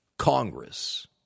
Congress